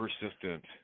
persistent